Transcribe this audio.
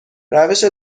روش